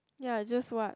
ya it's just what